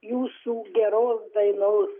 jūsų geros dainos